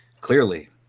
clearly